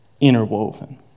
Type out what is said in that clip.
interwoven